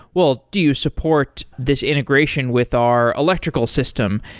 well, do you support this integration with our electrical system?